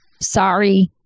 Sorry